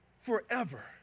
forever